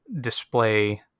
display